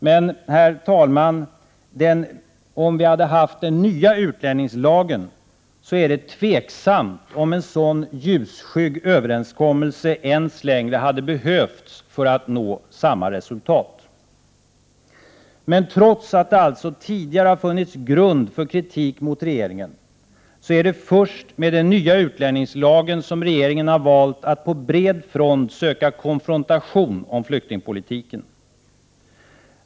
Men, herr talman, om vi hade haft den nya utlänningslagen är det tveksamt om en sådan ljusskygg överenskommelse ens längre hade behövts för att nå samma resultat. Men trots att det alltså tidigare har funnits grund för kritik mot regeringen, är det först med den nya utlänningslagen som regeringen har valt att på bred front söka konfrontation om flyktingpolitiken.